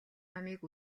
номыг